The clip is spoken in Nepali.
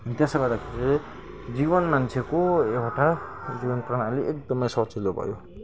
त्यसो गर्दाखेरि जीवन मान्छेको एउटा जीवन प्रणाली एकदमै सजिलो भयो